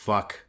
Fuck